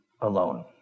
alone